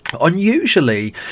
Unusually